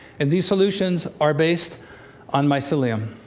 and these solutions are based on mycelium.